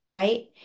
right